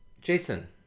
Jason